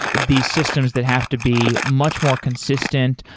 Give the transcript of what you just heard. these systems that have to be much more consistent,